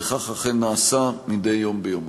וכך אכן נעשה מדי יום ביומו.